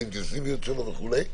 האינטנסיביות שלו וכו'.